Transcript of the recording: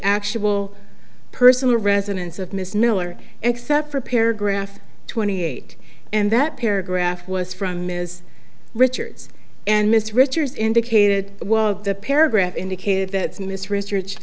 actual personal residence of miss miller except for paragraph twenty eight and that paragraph was from ms richards and miss richards indicated the paragraph indicated that miss research